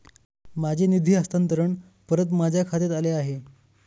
माझे निधी हस्तांतरण परत माझ्या खात्यात आले आहे